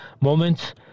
moments